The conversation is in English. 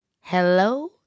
hello